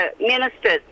Ministers